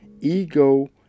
ego